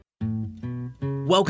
Welcome